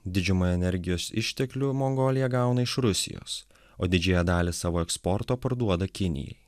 didžiumą energijos išteklių mongolija gauna iš rusijos o didžiąją dalį savo eksporto parduoda kinijai